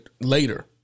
later